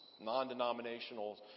non-denominational